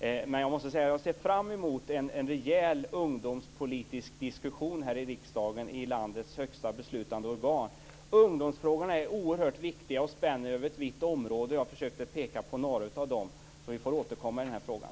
Men jag måste säga att jag ser fram emot en rejäl ungdomspolitisk diskussion här i riksdagen, i landets högsta beslutande organ. Ungdomsfrågorna är oerhört viktiga och spänner över ett vitt område. Jag försökte peka på några av dem, så vi får återkomma i den här frågan.